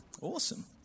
Awesome